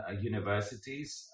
universities